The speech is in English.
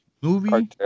movie